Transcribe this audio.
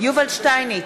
יובל שטייניץ,